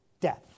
death